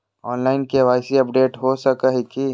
Online KYC update हो सको है की?